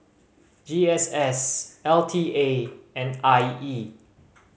G S S L T A and I E